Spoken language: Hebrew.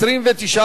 אם כן,